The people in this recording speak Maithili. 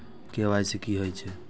के.वाई.सी की हे छे?